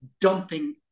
dumping